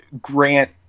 grant